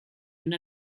una